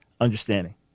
understanding